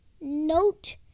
Note